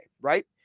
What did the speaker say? right